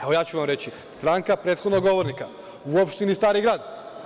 Evo, ja ću vam reći, stranka prethodnog govornika u opštini Stari grad.